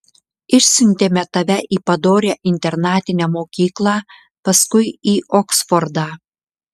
išsiuntėme tave į padorią internatinę mokyklą paskui į oksfordą